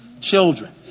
children